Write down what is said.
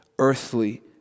earthly